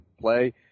Play